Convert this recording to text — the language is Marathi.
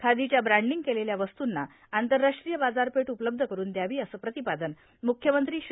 खादीच्या ब्रॅण्डींग केलेल्या वस्तुंना आंतरराष्ट्रीय बाजारपेठ उपलब्ध करुन द्यावी असं प्रतिपादन मुख्यमंत्री श्री